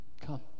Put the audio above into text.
Come